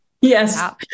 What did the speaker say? Yes